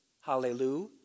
hallelujah